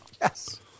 Yes